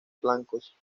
flancos